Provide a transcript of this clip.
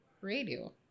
radio